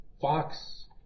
fox